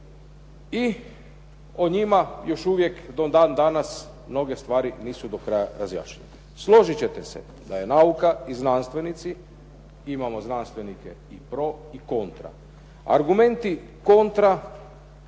i o njima još uvijek do dan danas mnoge stvari nisu do kraja razjašnjene. Složit ćete se da je nauka i znanstvenici, imamo znanstvenike i pro i kontra. Argumenti kontra